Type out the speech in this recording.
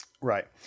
Right